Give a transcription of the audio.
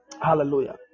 Hallelujah